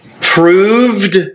proved